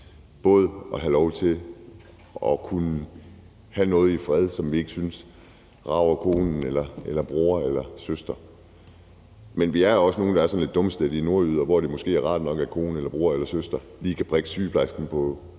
kunne have lov til at have noget, som vi ikke synes rager vores kone, bror eller søster, i fred. Men vi er også nogle, der er sådan lidt dumstædige nordjyder, og der er det måske rart nok, at konen, broren eller søsteren lige kan prikke sygeplejersken på